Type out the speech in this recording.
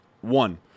One